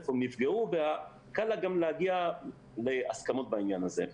איפה הם נפגעו וקל גם להגיע להסכמות בעניין הזה.